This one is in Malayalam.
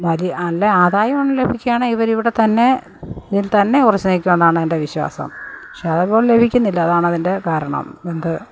വലി നല്ല ആദായം ലഭിക്കയാണെ ഇവര് ഇവിടെത്തന്നെ ഇതിൽതന്നെ ഉറച്ചുനില്ക്കുമെന്നാണ് എൻ്റെ വിശ്വാസം പക്ഷേ അതിപ്പോൾ ലഭിക്കുന്നില്ല അതാണ് അതിൻ്റെ കാരണം എന്ത്